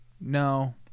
no